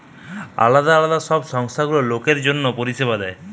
আলদা আলদা সব সংস্থা গুলা লোকের লিগে পরিষেবা দেয়